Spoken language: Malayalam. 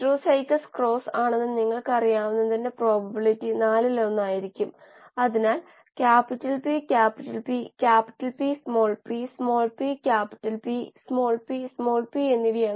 ഓക്സിജന് ദാനം ചെയ്യാൻ കഴിയുന്ന ഇലക്ട്രോണുകളുടെ എണ്ണം 4 O2 4 O minus 2 carbon 4 nitrogen 3 എന്നിവയാണ്